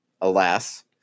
alas